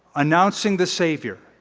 announcing the savior,